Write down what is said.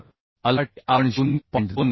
तरअल्फा t आपण 0